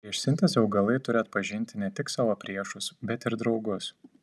prieš sintezę augalai turi atpažinti ne tik savo priešus bet ir draugus